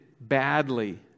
badly